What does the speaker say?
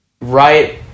Right